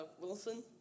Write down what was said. Wilson